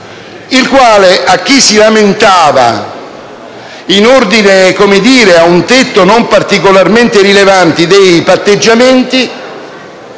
il quale, a chi si lamentava in ordine ad un tetto non particolarmente rilevante dei patteggiamenti,